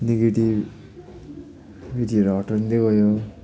नेगेटिभिटीहरू हटाउँदै गयो